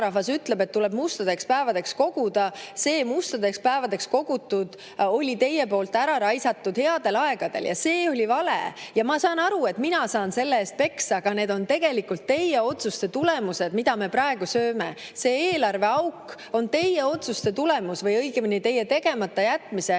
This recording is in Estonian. See eelarveauk on teie otsuste tulemus või õigemini teie tegematajätmise